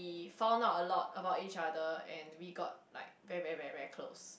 we found out a lot about each other and we got like very very very very close